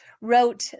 wrote